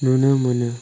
नुनो मोनो